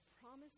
promise